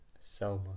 Selma